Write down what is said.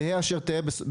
תהא אשר תהא.